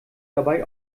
dabei